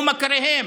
או מכריהם.